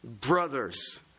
brothers